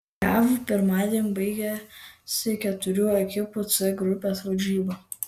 jav pirmadienį baigėsi keturių ekipų c grupės varžybos